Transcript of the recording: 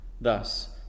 Thus